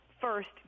first